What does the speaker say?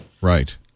Right